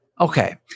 Okay